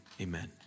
Amen